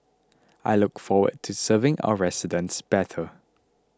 I look forward to serving our residents better